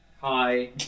Hi